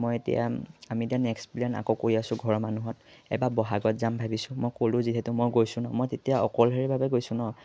মই এতিয়া আমি এতিয়া নেক্সট প্লেন আকৌ কৰি আছোঁ ঘৰৰ মানুহত এবাৰ বহাগত যাম ভাবিছোঁ মই ক'লোঁ যিহেতু মই গৈছোঁ নহ্ মই তেতিয়া অকলশৰীয়া ভাবে গৈছোঁ নহ্